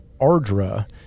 Ardra